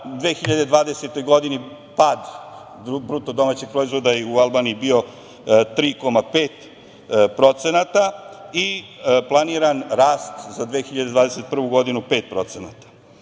2020. pad bruto domaćih proizvoda je u Albaniji bio 3,5% i planiran rast za 2021. godinu 5%.